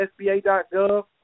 SBA.gov